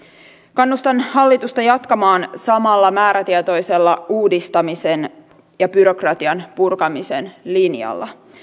kannustan hallitusta jatkamaan samalla määrätietoisella uudistamisen ja byrokratian purkamisen linjalla